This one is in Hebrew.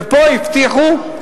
ופה הבטיחו,